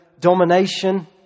domination